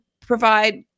provide